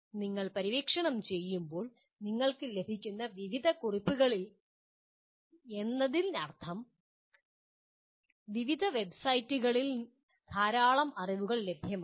നിങ്ങൾ പര്യവേക്ഷണം ചെയ്യുമ്പോൾ നിങ്ങൾക്ക് ലഭിക്കുന്ന വിവിധ കുറിപ്പുകളിൽ എന്നതിനർത്ഥം വിവിധ വെബ്സൈറ്റുകളിൽ ധാരാളം അറിവുകൾ ലഭ്യമാണ്